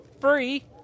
free